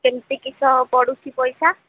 ସେମିତି କିସ ପଡ଼ୁଛି ପଇସା